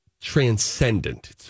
transcendent